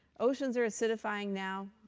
oceans are acidifying now.